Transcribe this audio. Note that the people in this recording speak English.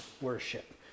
worship